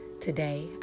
Today